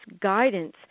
guidance